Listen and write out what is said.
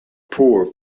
poor